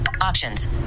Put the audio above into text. options